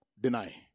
Deny